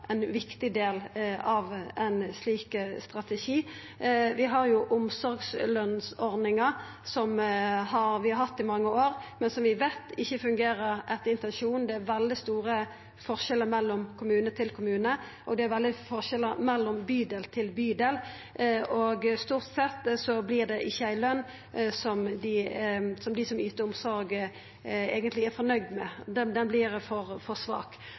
ein viktig del av ein slik strategi. Vi har omsorgslønsordninga, som vi har hatt i mange år, men som vi veit ikkje fungerer etter intensjonen. Det er veldig store forskjellar frå kommune til kommune, og det er veldig store forskjellar frå bydel til bydel. Stort sett vert det ikkje ei løn som dei som yter omsorg, eigentleg er fornøgde med. Ho vert for svak.